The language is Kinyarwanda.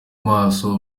maso